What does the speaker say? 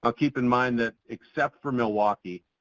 ah keep in mind that except for milwaukee,